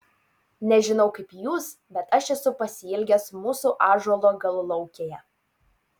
nežinau kaip jūs bet aš esu pasiilgęs mūsų ąžuolo galulaukėje